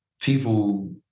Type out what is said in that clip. people